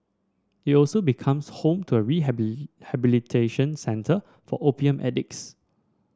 it also becomes home to a centre for opium addicts